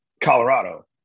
Colorado